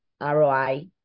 ROI